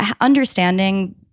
understanding